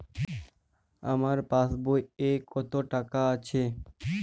আমার পাসবই এ কত টাকা আছে?